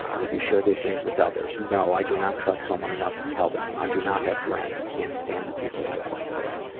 have you shared these things with others? no, i do not trust someone enough to tell them? i do not have friends, and can't stand the people i work with?